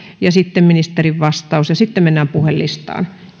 ja ministerin vastaus ja sitten mennään puhelistaan